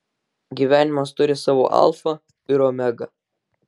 gyvenimas turi savo alfą ir omegą